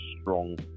strong